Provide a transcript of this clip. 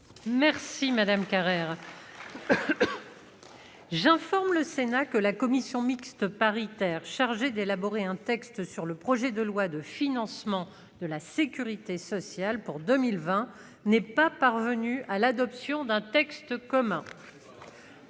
des inondations ".» J'informe le Sénat que la commission mixte paritaire chargée d'élaborer un texte sur le projet de loi de financement de la sécurité sociale pour 2020 n'est pas parvenue à l'adoption d'un texte commun.